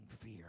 fear